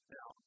Now